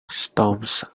storms